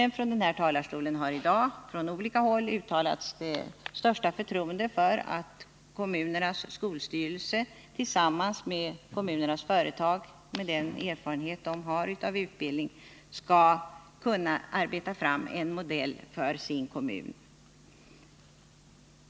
Men från denna talarstol har i dag från olika håll uttalats det största förtroende för att kommunernas skolstyrelser tillsammans med kommunernas företag, med den erfarenhet de har av utbildning, skall kunna arbeta fram en modell för sin kommun.